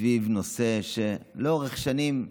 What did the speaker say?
סביב נושא שלאורך שנים,